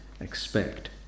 expect